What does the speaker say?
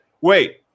wait